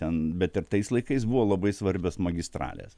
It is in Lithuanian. ten bet ir tais laikais buvo labai svarbios magistralės